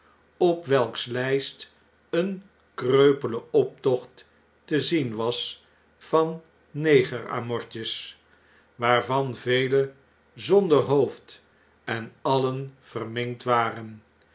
op welks lyst een kreupele optocht te zien was van neger amortjes waarvan velen zonder hoofd en alien verminkt waren